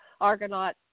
Argonaut